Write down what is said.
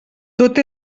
tot